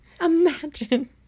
Imagine